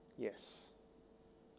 yes